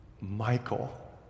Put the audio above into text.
Michael